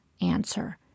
answer